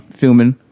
filming